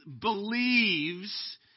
believes